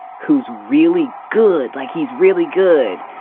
who's really good? like, he's really good,